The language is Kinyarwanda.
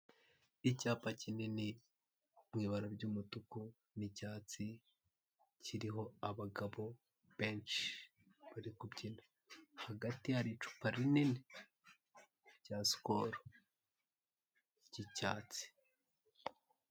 Icyapa kinini mu ibara ry'umutuku n'icyatsi kiriho abagabo benshi bari kubyina, hagati hari icupa rinini rya sikoro ry'icyatsi.